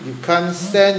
you can't stand